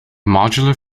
modular